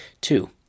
Two